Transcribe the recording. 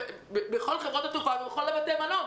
בכל חברות התעופה ובכל בתי המלון.